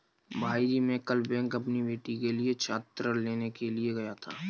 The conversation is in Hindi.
भाईजी मैं कल बैंक अपनी बेटी के लिए छात्र ऋण लेने के लिए गया था